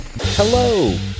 Hello